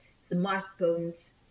smartphones